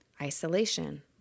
isolation